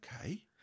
Okay